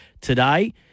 today